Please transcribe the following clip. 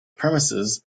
premises